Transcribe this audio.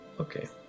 Okay